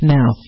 Now